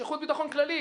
שירות ביטחון כללי,